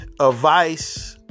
advice